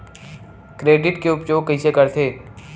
Credit के उपयोग कइसे करथे?